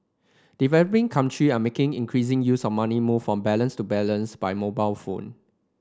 developing country are making increasing use of money moved from balance to balance by mobile phone